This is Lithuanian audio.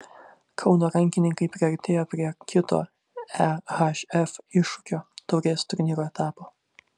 kauno rankininkai priartėjo prie kito ehf iššūkio taurės turnyro etapo